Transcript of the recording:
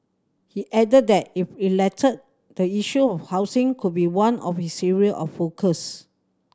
he added that if elected the issue of housing could be one of his area of focus